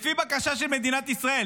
לפי בקשה של מדינת ישראל.